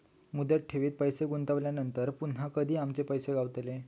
मुदत ठेवीत पैसे गुंतवल्यानंतर पुन्हा कधी आमचे पैसे गावतले?